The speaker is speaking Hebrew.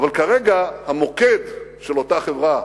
אבל כרגע המוקד של אותה חברה,